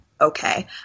okay